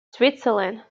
switzerland